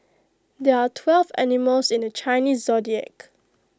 there are twelve animals in the Chinese Zodiac